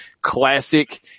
classic